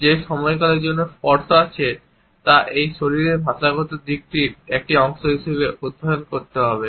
যে সময়কালের জন্য স্পর্শ আছে তা এই শরীরের ভাষাগত দিকটির একটি অংশ হিসাবে অধ্যয়ন করতে হবে